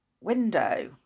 window